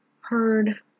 heard